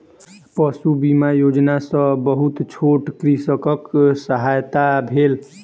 पशु बीमा योजना सॅ बहुत छोट कृषकक सहायता भेल